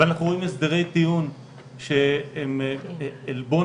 ואנחנו רואים הסדרי טיעון שהם עלבון